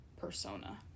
persona